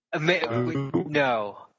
No